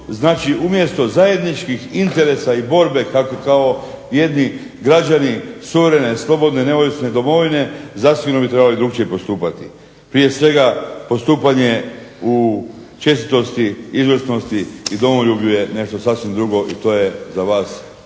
znači umjesto zajedničkih interesa i borbe kao jedni građani suverene, slobodne, neovisne Domovine zasigurno bi trebali drukčije postupati. Prije svega postupanje u čestitosti, izvrsnosti i domoljublju je nešto sasvim drugo i to je za vas